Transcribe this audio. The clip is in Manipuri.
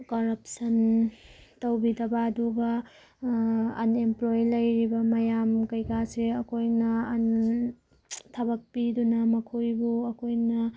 ꯀꯔꯞꯁꯟ ꯇꯧꯕꯤꯗꯕ ꯑꯗꯨꯒ ꯑꯟꯑꯦꯝꯄ꯭ꯂꯣꯏ ꯂꯩꯔꯤꯕ ꯃꯌꯥꯝ ꯀꯩ ꯀꯥꯁꯦ ꯑꯩꯈꯣꯏꯅ ꯊꯕꯛ ꯄꯤꯗꯨꯅ ꯃꯈꯣꯏꯕꯨ ꯑꯩꯈꯣꯏꯅ